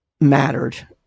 mattered